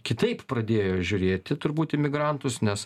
kitaip pradėjo žiūrėti turbūt į migrantus nes